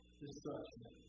destruction